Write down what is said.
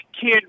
kid